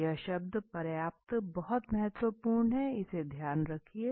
यह शब्द 'पर्याप्त' बहुत महत्वपूर्ण है इसे ध्यान रखियेगा